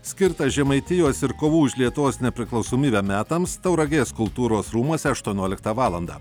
skirtą žemaitijos ir kovų už lietuvos nepriklausomybę metams tauragės kultūros rūmuose aštuonioliktą valandą